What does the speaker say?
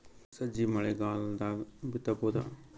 ಸಜ್ಜಿ ಮಳಿಗಾಲ್ ದಾಗ್ ಬಿತಬೋದ?